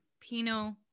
Pinot